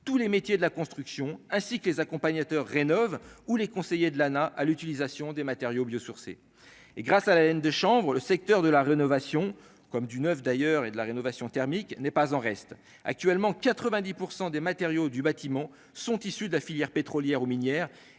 tous les métiers de la construction, ainsi que les accompagnateurs rénovent ou les conseillers de l'Lana à l'utilisation des matériaux biosourcés et grâce à la laine de chanvre, le secteur de la rénovation comme du neuf d'ailleurs, et de la rénovation thermique n'est pas en reste actuellement 90 % des matériaux du bâtiment sont issus de la filière pétrolière ou minière